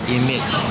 image